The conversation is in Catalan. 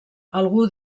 algú